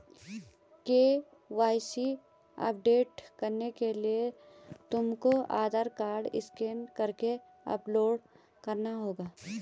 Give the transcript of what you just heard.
KYC update करने के लिए तुमको आधार कार्ड स्कैन करके अपलोड करना होगा